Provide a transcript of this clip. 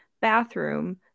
bathroom